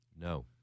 No